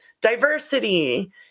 diversity